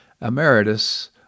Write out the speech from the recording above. emeritus